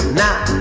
now